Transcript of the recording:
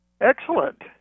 Excellent